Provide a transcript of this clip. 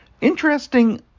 Interesting